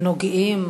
הנוגעים,